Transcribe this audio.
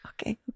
Okay